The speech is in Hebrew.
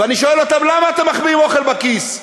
ואני שואל אותם: למה אתם מחביאים אוכל בכיס?